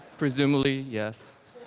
presumably yes.